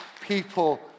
people